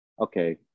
okay